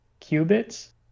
qubits